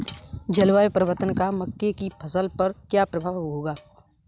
जलवायु परिवर्तन का मक्के की फसल पर क्या प्रभाव होगा?